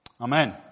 Amen